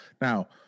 Now